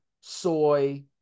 soy